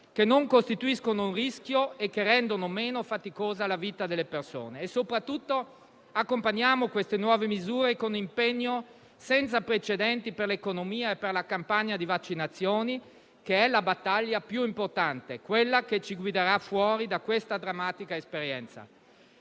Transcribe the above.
che non costituiscono un rischio e che rendono meno faticosa la vita delle persone e soprattutto accompagniamo queste nuove misure con un impegno senza precedenti per l'economia e per la campagna di vaccinazioni, che è la battaglia più importante, quella che ci guiderà fuori da questa drammatica esperienza.